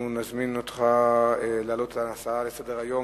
אנחנו נזמין אותך להעלות את ההצעה לסדר-היום: